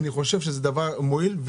אני חושב שזה דבר מועיל.